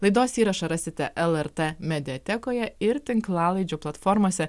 laidos įrašą rasite lrt mediatekoje ir tinklalaidžių platformose